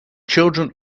children